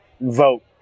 Vote